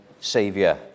Saviour